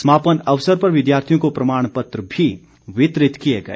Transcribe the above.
समापन अवसर पर विद्यार्थियों को प्रमाण पत्र भी वितरित किए गए